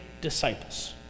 disciples